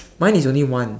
mine is only one